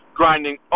grinding